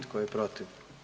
Tko je protiv?